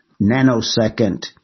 nanosecond